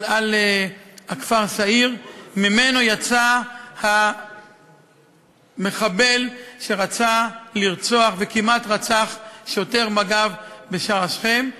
על הכפר סעיר שממנו יצא המחבל שרצה לרצוח וכמעט רצח שוטר מג"ב בשער שכם.